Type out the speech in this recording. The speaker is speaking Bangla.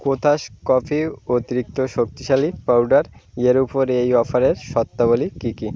কোথাস কফি অতিরিক্ত শক্তিশালী পাউডার এর ওপর এই অফারের শর্তাবলী কী কী